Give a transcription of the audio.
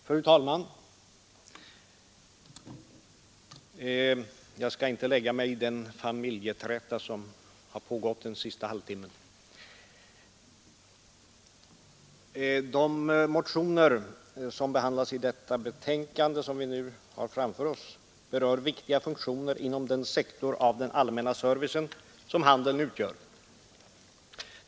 Fru talman! Jag skall inte lägga mig i den familjeträta som pågått den senaste halvtimmen. De motioner som behandlas i det betänkande vi nu har framför oss berör viktiga funktioner inom den sektor av den allmänna servicen som handeln utgör.